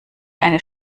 eine